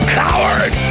coward